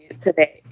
today